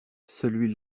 celui